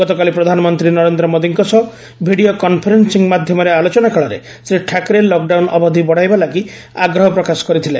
ଗତକାଲି ପ୍ରଧାନମନ୍ତ୍ରୀ ନରେନ୍ଦ୍ରମୋଦିଙ୍କ ସହ ଭିଡ଼ିଓ କନ୍ଫରେନ୍ସିଂ ମାଧ୍ୟମରେ ଆଲୋଚନା କାଳରେ ଶ୍ରୀ ଠାକ୍ରେ ଲକ୍ଡାଉନ୍ ଅବଧି ବଡ଼ାଇବା ଲାଗି ଆଗ୍ରହ ପ୍ରକାଶ କରିଥିଲେ